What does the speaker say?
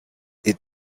heed